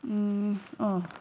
अँ